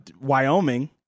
Wyoming